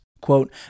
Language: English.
Quote